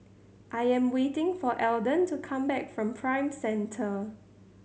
I am waiting for Eldon to come back from Prime Centre